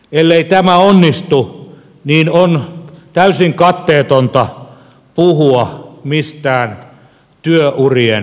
ellei tämä onnistu on täysin katteetonta puhua mistään työurien pidentämisistä